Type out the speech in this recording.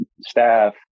staff